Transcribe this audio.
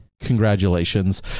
congratulations